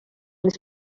les